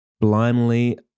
blindly